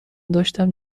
داشتم